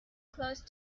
close